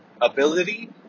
ability